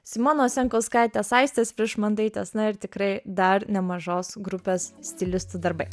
simonos jankauskaitės aistės priešmandaitės na ir tikrai dar nemažos grupės stilistų darbai